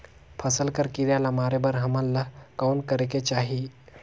फसल कर कीरा ला मारे बर हमन ला कौन करेके चाही?